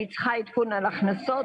אני צריכה עדכון על הכנסות.